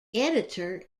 editor